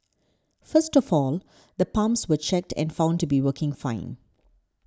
first of all the pumps were checked and found to be working fine